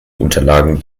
unterlagen